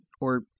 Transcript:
Or—